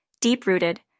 deep-rooted